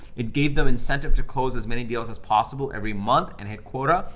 it gave them incentive to close as many deals as possible every month and hit quota.